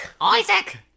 Isaac